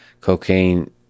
cocaine